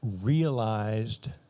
realized